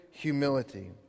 humility